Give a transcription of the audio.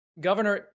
Governor